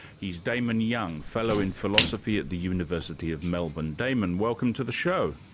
he's damon young, fellow in philosophy at the university of melbourne. damon, welcome to the show.